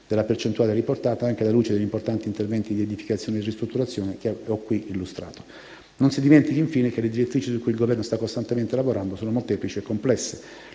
della percentuale riportata anche alla luce degli importanti interventi di edificazione e ristrutturazione che ho qui illustrato. Non si dimentichi, infine, che le direttrici su cui il Governo sta costantemente lavorando sono molteplici e complesse.